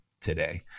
today